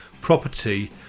property